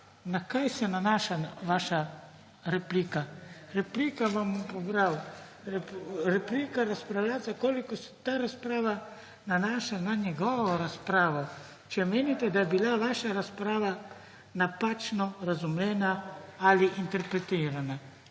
na kaj se nanaša vaša replika. Repliko vam bom pobral. Replika razpravljavca, v kolikor se ta razprava nanaša na njegovo razpravo. Če menite, da je bila vaša razprava napačno razumljena ali interpretirana.